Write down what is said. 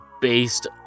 based